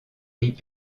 riz